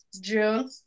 June